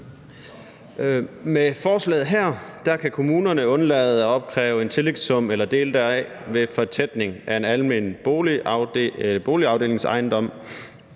Med forslaget her kan kommunerne undlade at opkræve en tillægssum eller dele deraf ved fortætning af en almen boligafdelingsejendom